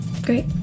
Great